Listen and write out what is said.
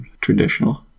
Traditional